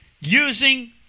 using